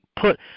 put